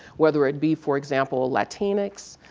whether it be for example latinix,